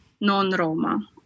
non-Roma